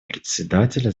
председателя